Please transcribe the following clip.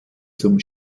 zum